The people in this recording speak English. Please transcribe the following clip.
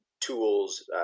tools